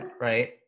right